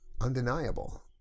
undeniable